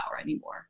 anymore